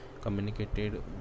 communicated